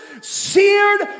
seared